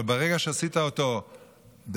אבל ברגע שעשו אותו דמון,